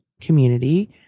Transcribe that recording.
community